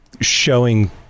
showing